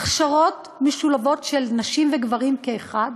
הכשרות משולבות של נשים וגברים כאחד,